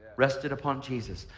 rested upon jesus.